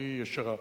הכי ישרה.